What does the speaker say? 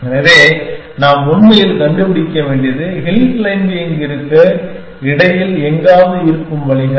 எனவே நாம் உண்மையில் கண்டுபிடிக்க வேண்டியது ஹில் க்ளைம்பிங்கிற்கு இடையில் எங்காவது இருக்கும் வழிகள்